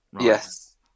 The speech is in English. yes